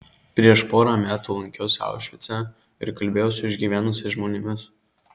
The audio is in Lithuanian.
prieš porą metų lankiausi aušvice ir kalbėjau su išgyvenusiais žmonėmis